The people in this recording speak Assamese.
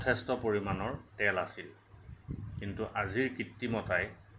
যথেষ্ট পৰিমাণৰ তেল আছিল কিন্তু আজিৰ কৃত্ৰিমতাই